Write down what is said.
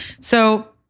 So-